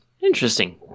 interesting